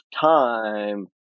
time